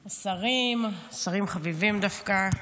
השרים, שרים חביבים דווקא,